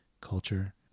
culture